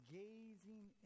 gazing